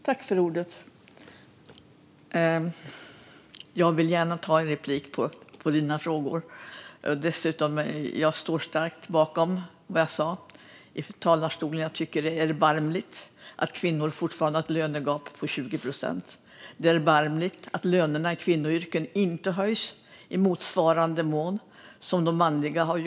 Fru talman! Jag ville gärna ta replik på Gulan Avci med anledning av hennes frågor. Jag står starkt bakom vad jag sa i talarstolen. Jag tycker att det är erbarmligt att kvinnor fortfarande har ett lönegap på 20 procent och att lönerna i kvinnoyrken inte höjs i motsvarande mån som i de manliga.